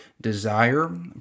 desire